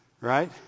Right